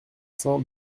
cents